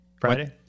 Friday